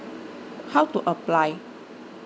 how to apply